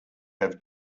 have